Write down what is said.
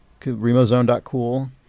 Remozone.cool